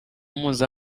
mpuza